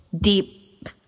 deep